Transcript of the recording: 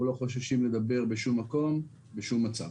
לא חוששים לדבר בשום מקום ובשום מצב.